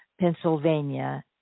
Pennsylvania